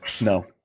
No